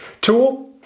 tool